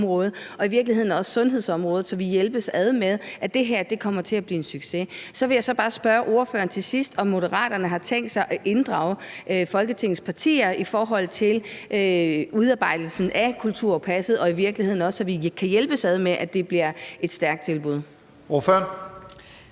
og i virkeligheden også sundhedsområdet, så vi hjælpes ad med, at det her kommer til at blive en succes. Så vil jeg så bare spørge ordføreren til sidst, om Moderaterne har tænkt sig at inddrage Folketingets partier i forhold til udarbejdelsen af kulturpasset, og om vi i virkeligheden kan hjælpes ad, så det bliver et stærkt tilbud. Kl.